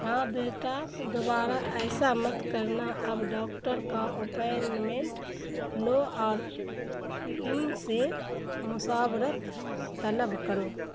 ہاں بیٹا دوبارہ ایسا مت کرنا اب ڈاکٹر کا اپائنٹمنٹ لو اور ان سے مشاورت طلب کرو